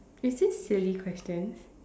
is it silly questions